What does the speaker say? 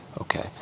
Okay